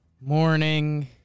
morning